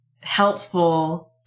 helpful